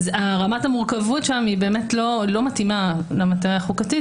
רמת המורכבות שם היא באמת לא מתאימה למטריה החוקתית